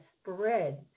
spread